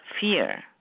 fear